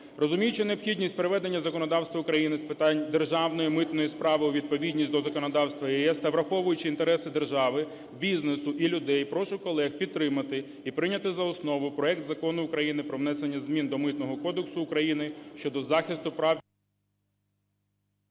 Розуміючи необхідність приведення законодавства України з питань державної митної справи у відповідність до законодавство ЄС та враховуючи інтереси держави, бізнесу і людей, прошу колег підтримати і прийняти за основу проект Закону України про внесення змін до Митного кодексу України щодо захисту прав… ГОЛОВУЮЧИЙ.